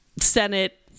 Senate